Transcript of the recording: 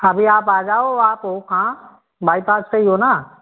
अभी आप आ जाओ आप हो कहाँ बाईपास पर ही हो ना